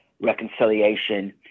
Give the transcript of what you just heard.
reconciliation